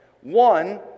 One